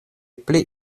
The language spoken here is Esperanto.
pli